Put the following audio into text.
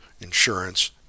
insurance